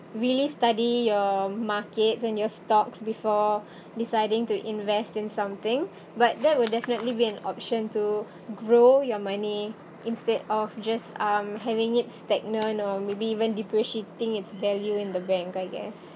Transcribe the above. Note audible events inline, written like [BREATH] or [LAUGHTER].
really study your markets and your stocks before [BREATH] deciding to invest in something but that will definitely be an option to grow your money instead of just um having it stagnant or maybe even depreciating its value in the bank I guess